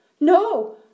No